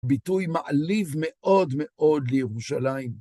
ביטוי מעליב מאוד מאוד לירושלים.